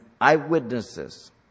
eyewitnesses